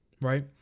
Right